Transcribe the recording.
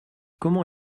comment